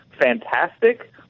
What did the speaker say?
fantastic